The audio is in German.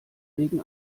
wegen